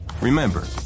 Remember